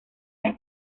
las